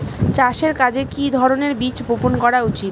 চাষের কাজে কি ধরনের বীজ বপন করা উচিৎ?